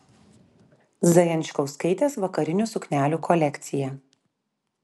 zajančkauskaitės vakarinių suknelių kolekcija